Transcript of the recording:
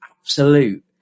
absolute